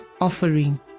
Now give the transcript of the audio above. offering